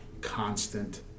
constant